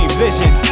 vision